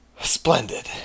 Splendid